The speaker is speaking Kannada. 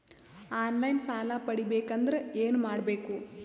ಆನ್ ಲೈನ್ ಸಾಲ ಪಡಿಬೇಕಂದರ ಏನಮಾಡಬೇಕು?